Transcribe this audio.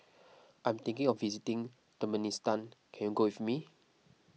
I am thinking of visiting Turkmenistan can you go with me